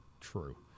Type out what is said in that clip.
True